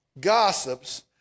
gossips